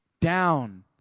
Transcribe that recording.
Down